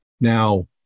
Now